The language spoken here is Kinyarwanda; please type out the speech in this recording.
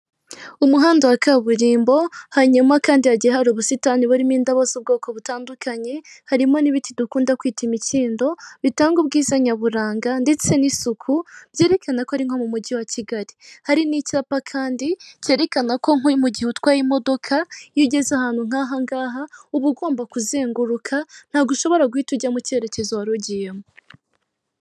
Umuhanda wa kaburimbo, hanyuma kandi hagiye hari ubusitani burimo indabo z'ubwoko butandukanye, harimo n' ibiti dukunda kwita imikindo bitanga ubwiza nyaburanga ndetse n' isuku byerekana ko ari nko mu mujyi wa Kigali. Hari n'icyapa kandi cyerekana nko mu gihe utwaye imodoka, iyo ugeze ahantu nk' ahangaha uba ugomba kuzenguruka ntabwo ushobora guhita ujya mu cyerekezo warugiyemo.